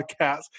podcast